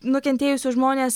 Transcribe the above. nukentėjusius žmones